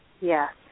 Yes